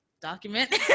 document